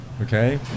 okay